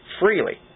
freely